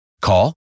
Call